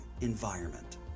environment